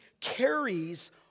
carries